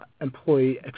employee